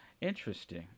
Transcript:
Interesting